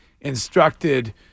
instructed